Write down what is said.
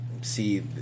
See